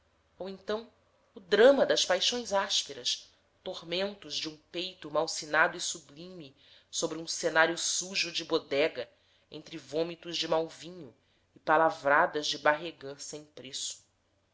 ou então o drama das paixões ásperas tormentos de um peito malsinado e sublime sobre um cenário sujo de bodega entre vômitos de mau vinho e palavradas de barregã sem preço